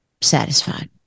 satisfied